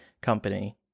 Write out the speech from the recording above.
company